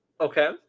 Okay